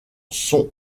sont